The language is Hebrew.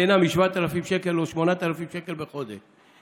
נהנה מ-7,000 שקלים או 8,000 שקלים בחודש,